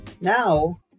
Now